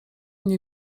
nie